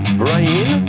brain